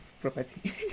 property